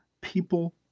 People